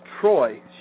Troy